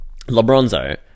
Lebronzo